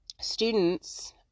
Students